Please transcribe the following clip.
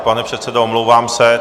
Pane předsedo, omlouvám se.